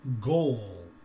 goal